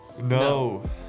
No